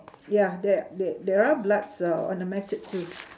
yeah there there there are bloods uhh on the machete too